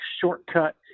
shortcut